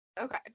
Okay